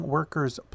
Workers